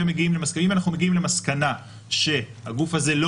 אם אנחנו מגיעים למסקנה שהגוף הזה לא